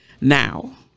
Now